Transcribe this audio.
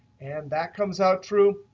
and that comes out true.